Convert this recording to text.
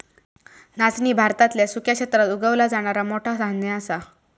नाचणी भारतातल्या सुक्या क्षेत्रात उगवला जाणारा मोठा धान्य असा